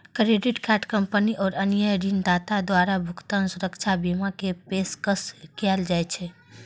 credit card company आ अन्य ऋणदाता द्वारा भुगतान सुरक्षा बीमा के पेशकश कैल जाइ छै